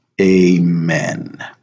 amen